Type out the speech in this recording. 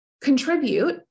contribute